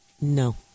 No